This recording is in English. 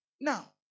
Now